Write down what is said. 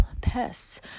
pests